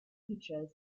features